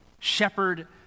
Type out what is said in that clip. Shepherd